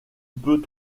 peut